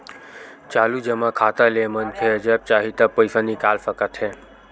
चालू जमा खाता ले मनखे ह जब चाही तब पइसा ल निकाल सकत हे